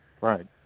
Right